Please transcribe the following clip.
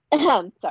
Sorry